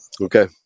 Okay